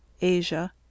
Asia